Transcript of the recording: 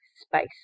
space